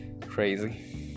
Crazy